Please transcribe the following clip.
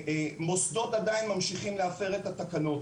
מוסדות עדין ממשיכים להפר את התקנות.